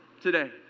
today